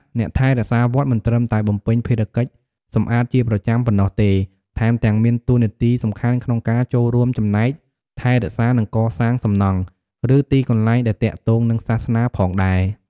អ្នកថែរក្សាវត្ត មិនត្រឹមតែបំពេញភារកិច្ចសម្អាតជាប្រចាំប៉ុណ្ណោះទេ ថែមទាំងមានតួនាទីសំខាន់ក្នុងការចូលរួមចំណែក ថែរក្សា និង កសាងសំណង់ ឬទីកន្លែងដែលទាក់ទងនឹងសាសនាផងដែរ។